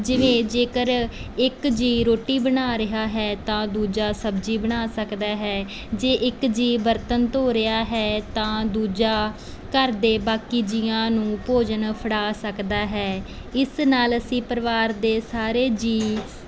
ਜਿਵੇਂ ਜੇਕਰ ਇੱਕ ਜੀਅ ਰੋਟੀ ਬਣਾ ਰਿਹਾ ਹੈ ਤਾਂ ਦੂਜਾ ਸਬਜ਼ੀ ਬਣਾ ਸਕਦਾ ਹੈ ਜੇ ਇੱਕ ਜੀਅ ਬਰਤਨ ਧੋ ਰਿਹਾ ਹੈ ਤਾਂ ਦੂਜਾ ਘਰ ਦੇ ਬਾਕੀ ਜੀਆਂ ਨੂੰ ਭੋਜਨ ਫੜਾ ਸਕਦਾ ਹੈ ਇਸ ਨਾਲ ਅਸੀਂ ਪਰਿਵਾਰ ਦੇ ਸਾਰੇ ਜੀਅ